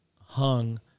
hung